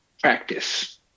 practice